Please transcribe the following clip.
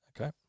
Okay